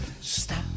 Stop